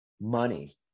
money